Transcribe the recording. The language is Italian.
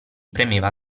premeva